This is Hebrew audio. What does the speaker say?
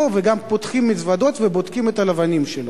וגם פותחים מזוודות וגם בודקים את הלבנים שלו.